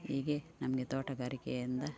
ಹೀಗೆ ನಮಗೆ ತೋಟಗಾರಿಕೆಯಿಂದ